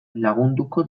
lagunduko